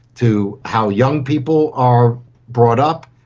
to how young people are brought up,